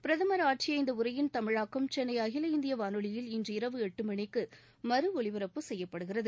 பிரதமா் ஆற்றிய இந்த உரையின் தமிழாக்கம் சென்னை அகில இந்திய வானொலியில் இன்று இரவு எட்டு மணிக்கு மறு ஒலிபரப்பு செய்யப்படுகிறது